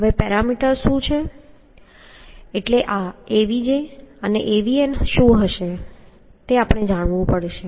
હવે પેરામીટર્સ શું છે એટલે આ Avg અને Avn આ શું છે હવે આપણે જાણવું પડશે